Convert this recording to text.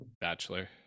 Bachelor